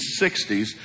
1960s